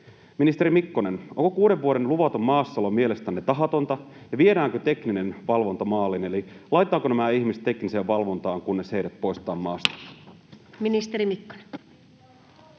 Ministeri Mikkonen, onko kuuden vuoden luvaton maassaolo mielestänne tahatonta, ja viedäänkö tekninen valvonta maaliin eli laitetaanko nämä ihmiset tekniseen valvontaan, kunnes heidät poistetaan maasta? Ministeri Mikkonen.